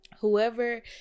whoever